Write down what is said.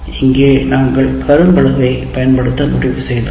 இங்கே நாங்கள் கரும்பலகையைப் பயன்படுத்த முடிவு செய்தோம்